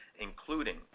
including